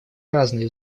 разные